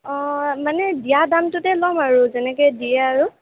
অঁ মানে দিয়া দামটোতে লম আৰু যেনেকে দিয়ে আৰু